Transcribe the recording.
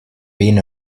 been